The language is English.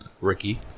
Ricky